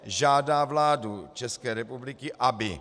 Žádá vládu České republiky, aby